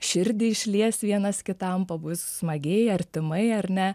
širdį išlies vienas kitam pabus smagiai artimai ar ne